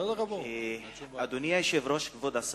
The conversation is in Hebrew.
אדוני היושב-ראש, כבוד השר,